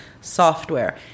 software